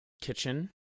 kitchen